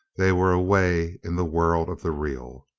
they were away in the world of the real.